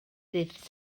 dydd